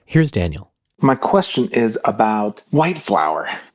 here's daniel my question is about white flour.